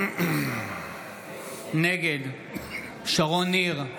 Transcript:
נגד שרון ניר,